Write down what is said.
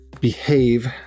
behave